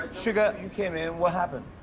suga, you came in, what happened?